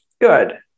good